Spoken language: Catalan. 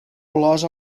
plors